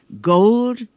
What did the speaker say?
Gold